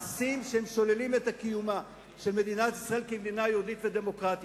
מעשים ששוללים את קיומה של מדינת ישראל כמדינה יהודית ודמוקרטית.